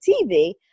TV